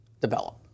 develop